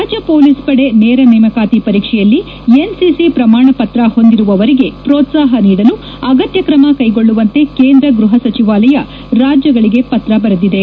ರಾಜ್ಯ ಪೊಲೀಸ್ ಪಡೆ ನೇರ ನೇಮಕಾತಿ ಪರೀಕ್ಷೆಯಲ್ಲಿ ಎನ್ಸಿಸಿ ಶ್ರಮಾಣ ಪತ್ರ ಹೊಂದಿರುವವರಿಗೆ ಪೋತ್ಸಾಹ ನೀಡಲು ಅಗತ್ಯ ಕ್ರಮ ಕೈಗೊಳ್ಳುವಂತೆ ಕೇಂದ್ರ ಗೃಹ ಸಚಿವಾಲಯ ರಾಜ್ಯಗಳಿಗೆ ಪತ್ರ ಬರೆದಿದೆ